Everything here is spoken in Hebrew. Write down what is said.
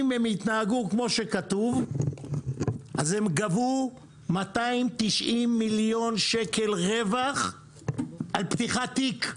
אם הם התנהגו כמו שכתוב אז הם גבו 290 מיליון שקל רווח על פתיחת תיק.